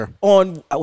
On